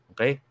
Okay